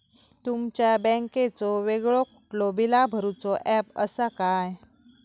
तुमच्या बँकेचो वेगळो कुठलो बिला भरूचो ऍप असा काय?